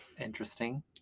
interesting